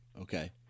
okay